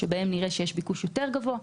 שבהם נראה שיש ביקוש יותר גבוה,